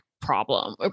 problem